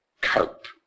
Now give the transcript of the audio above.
cope